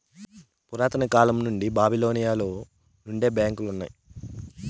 పురాతన కాలం నుండి బాబిలోనియలో నుండే బ్యాంకులు ఉన్నాయి